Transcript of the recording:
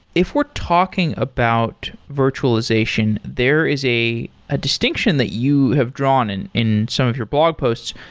if we're talking about virtualization, there is a ah distinction that you have drawn in in some of your blog posts,